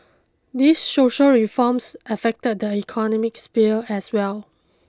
these social reforms affect the economic sphere as well